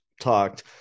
talked